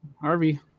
Harvey